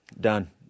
Done